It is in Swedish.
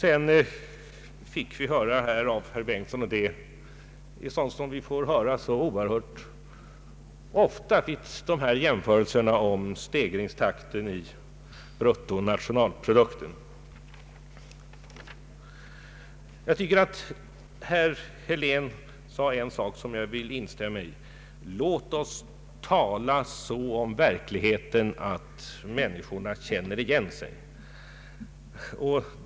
Av herr Bengtson fick vi också höra något som vi hör så oerhört ofta, nämligen en jämförelse av bruttonationalproduktens stegringstakt i olika länder. Jag tycker att herr Helén sade en sak som jag vill instämma i: Låt oss tala så om verkligheten att människorna känner igen sig!